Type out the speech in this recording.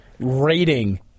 Rating